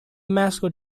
mascot